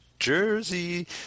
Jersey